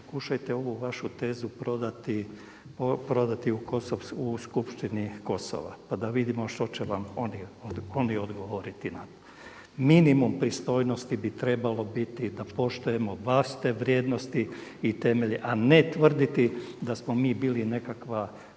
pokušajte ovu vašu tezu prodati u Skupštini Kosova pa da vidimo što će vam oni odgovoriti na to. Minimum pristojnosti bi trebalo biti da poštujemo vlastite vrijednosti i temelje, a ne tvrditi da smo mi bili nekakav